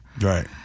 Right